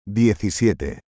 diecisiete